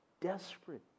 desperate